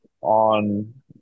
on